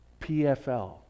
PFL